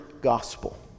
gospel